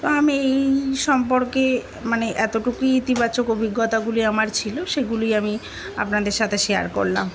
তো আমি এই সম্পর্কে মানে এতটুকুই ইতিবাচক অভিজ্ঞতাগুলি আমার ছিল সেগুলি আমি আপনাদের সাথে শেয়ার করলাম